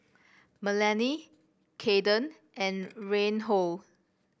Melany Kaeden and Reinhold